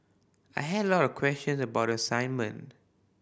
I had a lot of questions about the assignment